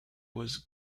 was